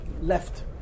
left